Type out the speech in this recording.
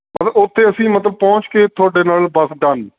ਮਤਲਬ ਉੱਥੇ ਅਸੀਂ ਮਤਲਬ ਪਹੁੰਚ ਕੇ ਤੁਹਾਡੇ ਨਾਲ ਬਸ ਡਨ